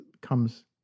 comes